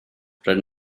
rydyn